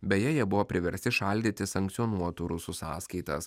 beje jie buvo priversti šaldyti sankcionuotų rusų sąskaitas